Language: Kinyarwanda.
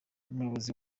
umuyobozi